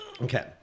Okay